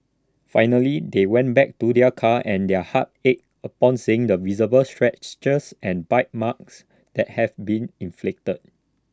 finally they went back to their car and their hearts ached upon seeing the visible scratches and bite marks that had been inflicted